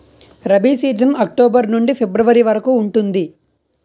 rabi season October నుండి February వరకు ఉంటుంది